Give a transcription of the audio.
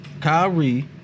Kyrie